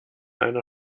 einer